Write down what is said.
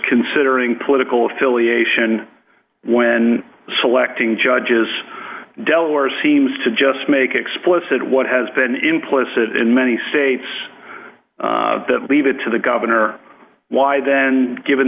considering political affiliation when selecting judges delora seems to just make explicit what has been implicit in many states that leave it to the governor why then given